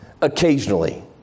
Occasionally